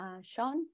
Sean